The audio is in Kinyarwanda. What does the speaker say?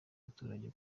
baturage